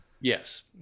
Yes